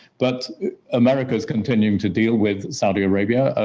but america is continuing to deal with saudi arabia,